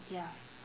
ya